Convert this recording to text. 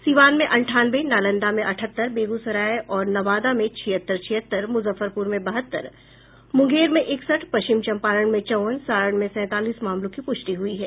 सीवान में अंठानवे नालंदा में अठहत्तर बेगूसराय और नवादा में छिहत्तर छिहत्तर मुजफ्फरपुर में बहत्तर मुंगेर में इकसठ पश्चिम चंपारण में चौवन सारण में सैंतालीस मामलों की पुष्टि हुई है